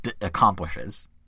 accomplishes